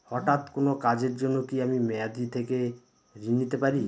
হঠাৎ কোন কাজের জন্য কি আমি মেয়াদী থেকে ঋণ নিতে পারি?